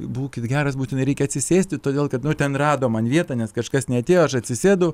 būkit geras būtinai reikia atsisėsti todėl kad nu ten rado man vietą nes kažkas neatėjo aš atsisėdu